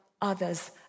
others